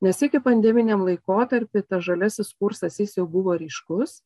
ne iki pandeminiam laikotarpy žaliasis kursas jis jau buvo ryškus